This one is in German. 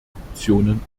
optionen